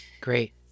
great